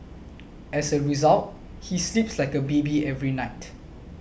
as a result he sleeps like a baby every night